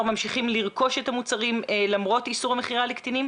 ממשיכים לרכוש את המוצרים למרות איסור המכירה לקטינים.